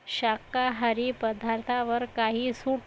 शाकाहारी पदार्थावर काही सूट